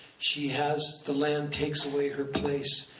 she has, the land takes away her place.